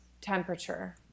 temperature